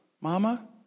mama